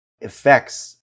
effects